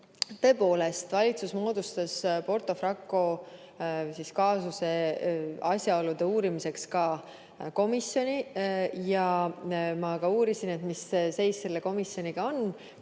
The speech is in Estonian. Tõepoolest, valitsus moodustas Porto Franco kaasuse asjaolude uurimiseks komisjoni. Ma uurisin, mis seis selle komisjoniga on,